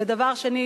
ודבר שני,